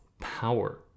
power